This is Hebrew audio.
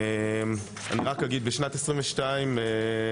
אני רק אגיד, בשנת 2022 בתי